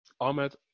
Ahmed